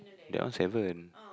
that one seven